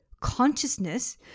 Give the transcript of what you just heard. consciousness